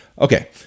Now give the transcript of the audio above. Okay